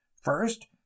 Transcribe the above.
First